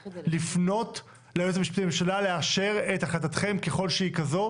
לפנות ליועץ המשפטי לממשלה לאשר את החלטתכם ככל שהיא כזו,